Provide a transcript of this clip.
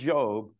Job